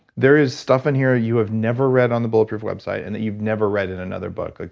there is stuff in here you have never read on the bulletproof website and that you've never read in another book.